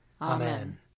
Amen